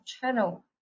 channel